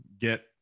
get